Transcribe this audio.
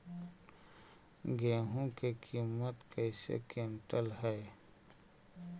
गेहू के किमत कैसे क्विंटल है?